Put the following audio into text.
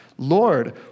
Lord